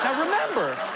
ah remember,